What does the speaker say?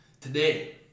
Today